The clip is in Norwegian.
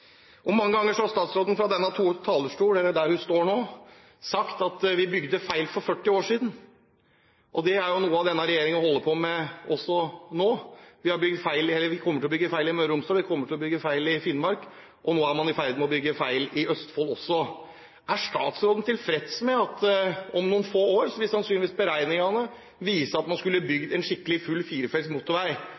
tilfredsstillende. Mange ganger har statsråden sagt fra denne talerstolen at vi bygde feil for 40 år siden. Og det er jo noe denne regjeringen holder på med også nå: Vi kommer til å bygge feil i Møre og Romsdal, vi kommer til å bygge feil i Finnmark, og nå er man i ferd med å bygge feil i Østfold også. Er statsråden tilfreds med at om noen få år vil sannsynligvis beregningene vise at man skulle bygd en full firefelts motorvei,